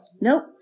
Nope